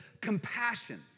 compassion